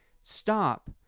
stop